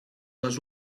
les